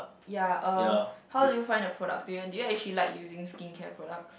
ya uh how do you find the product do you do you actually like using skincare products